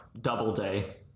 Doubleday